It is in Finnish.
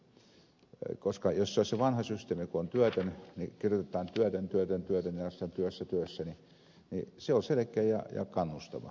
sekään ei ole hirveän kannustava systeemi koska jos olisi se vanha systeemi että kun on työtön niin kirjoitetaan työtön työtön työtön ja jos on työssä työssä niin se on selkeä ja kannustava